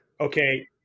okay